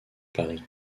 paris